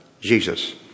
Jesus